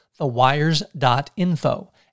thewires.info